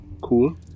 cool